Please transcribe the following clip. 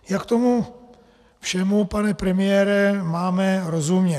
Jak tomu všemu, pane premiére, máme rozumět?